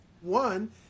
One